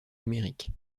numérique